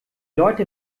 leute